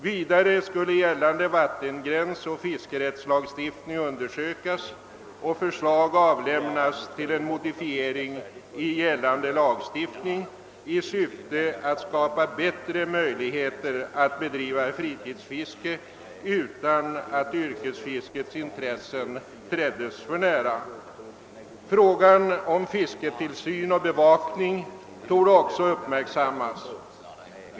Vidare skulle gällande vattengränsoch fiskerättslagstiftning undersökas och förslag avlämnas till en modifiering av gällande lagstiftning i syfte att skapa bättre möjligheter att bedriva fritidsfiske utan att yrkesfiskets intressen träddes för nära. Frågan om fisketillsyn och bevakning borde också uppmärksammas.